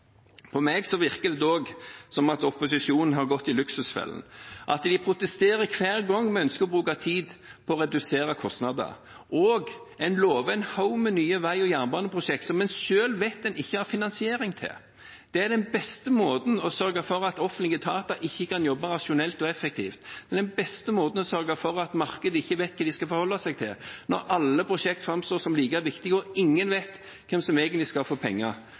På meg virker det dog som om opposisjonen har gått i luksusfellen – de protesterer hver gang vi ønsker å bruke tid på å redusere kostnader, og de lover en haug med nye vei- og jernbaneprosjekter som de selv vet de ikke har finansiering til. Det er den beste måten å sørge for at offentlige etater ikke kan jobbe rasjonelt og effektivt, den beste måten å sørge for at markedet ikke vet hva de skal forholde seg til, når alle prosjekter framstår som like viktige, og ingen vet hvem som egentlig skal få penger.